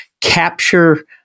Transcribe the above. capture